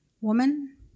woman